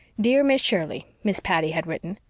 dear miss shirley, miss patty had written,